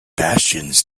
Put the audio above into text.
bastions